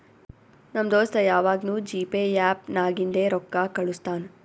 ನಮ್ ದೋಸ್ತ ಯವಾಗ್ನೂ ಜಿಪೇ ಆ್ಯಪ್ ನಾಗಿಂದೆ ರೊಕ್ಕಾ ಕಳುಸ್ತಾನ್